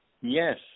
Yes